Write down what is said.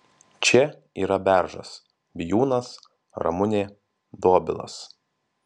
čia yra beržas bijūnas ramunė dobilas